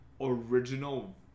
Original